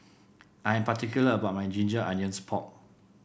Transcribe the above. I am particular about my Ginger Onions Pork